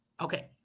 Okay